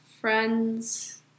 friends